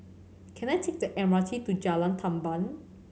can I take the M R T to Jalan Tamban